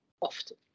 often